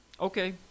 Okay